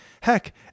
heck